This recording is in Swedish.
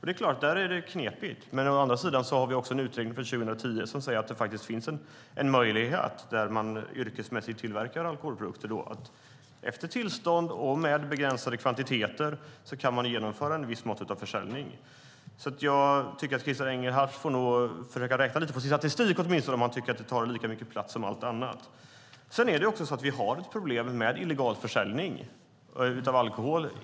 Där är det knepigt, men å andra sidan har vi en utredning från 2010 som säger att det finns en möjlighet för dem som tillverkar alkoholprodukter yrkesmässigt att med tillstånd genomföra försäljning av begränsade kvantiteter. Christer Engelhardt får nog räkna lite på statistiken om han tycker att denna fråga tar lika mycket plats som allt det andra. Vi har problem med illegal försäljning av alkohol.